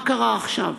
מה קרה עכשיו?